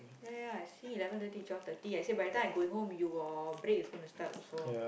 ya ya I say eleven thirty to twelve thirty I say by the time I'm going home your break is gonna start also